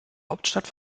hauptstadt